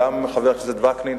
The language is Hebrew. חבר הכנסת וקנין,